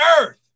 earth